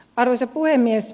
arvoisa puhemies